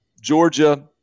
Georgia